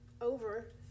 over